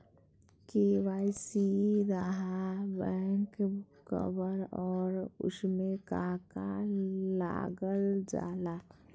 KYC रहा back cover और उसमें का का लागल जाला?